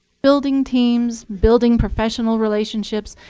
building teams, building professional relationships,